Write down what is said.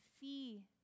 see